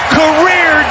career